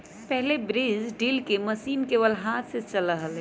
पहले बीज ड्रिल के मशीन केवल हाथ से चला हलय